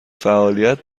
فعالیت